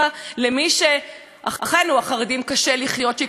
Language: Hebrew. החרדים קשה לחיות עם זה שייכנסו חלילה למקוואות,